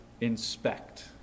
inspect